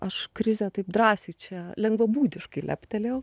aš krizę taip drąsiai čia lengvabūdiškai leptelėjau